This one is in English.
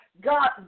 God